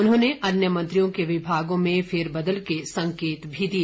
उन्होंने अन्य मंत्रियों के विभागों में फेरबदल के संकेत भी दिए